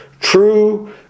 true